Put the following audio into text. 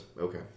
Okay